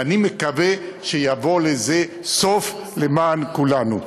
ואני מקווה שיבוא לזה סוף למען כולנו.